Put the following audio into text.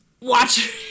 Watch